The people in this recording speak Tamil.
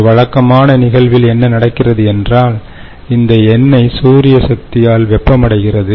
ஒரு வழக்கமான நிகழ்வில் என்ன நடக்கிறது என்றால் இந்த எண்ணெய் சூரிய சக்தியால் வெப்பமடைகிறது